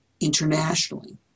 internationally